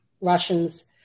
Russians